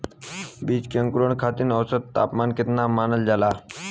बीज के अंकुरण खातिर औसत तापमान केतना मानल जाला?